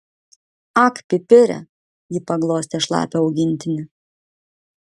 ak pipire ji paglostė šlapią augintinį